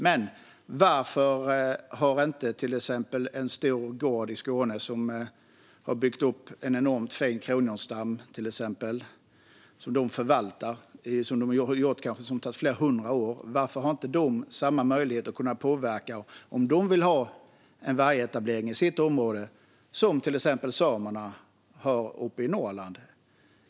Men varför har inte till exempel en stor gård i Skåne som förvaltar en enormt fin kronhjortsstam, som kanske har byggts upp under flera hundra år, samma möjlighet att påverka en eventuell vargetablering i sitt område som samerna uppe i Norrland har?